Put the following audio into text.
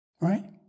right